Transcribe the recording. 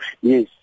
Yes